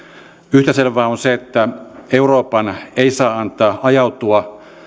yhtä selvää on on se että euroopan ei saa antaa ajautua